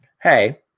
hey